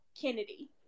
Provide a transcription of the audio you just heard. Kennedy